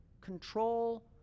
control